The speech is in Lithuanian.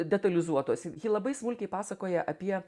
detalizuotos ji labai smulkiai pasakoja apie